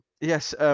Yes